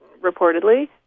reportedly